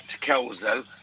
Kelso